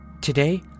today